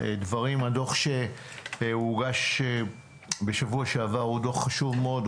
הדוח שהוגש בשבוע שעבר הוא דוח חשוב מאוד.